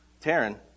Taryn